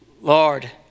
Lord